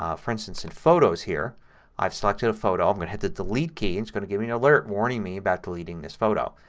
um for instance in photos here i've selected a photo. i'm going to hit the delete key and it's going to give me an alert warning me about deleting this photo.